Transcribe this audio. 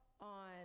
on